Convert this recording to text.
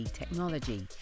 technology